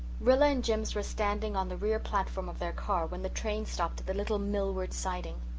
rilla and jims were standing on the rear platform of their car when the train stopped at the little millward siding.